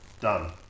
done